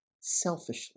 selfishly